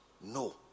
No